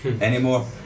anymore